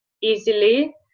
easily